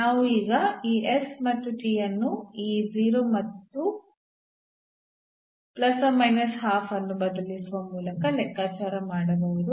ನಾವು ಈಗ ಈ ಮತ್ತು ಅನ್ನು ಈ 0 ಮತ್ತು ± 12 ಅನ್ನು ಬದಲಿಸುವ ಮೂಲಕ ಲೆಕ್ಕಾಚಾರ ಮಾಡಬಹುದು